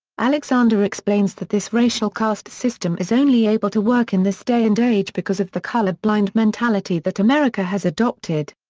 alexander explains that this racial caste system is only able to work in this day and age because of the colorblind mentality that america has adopted.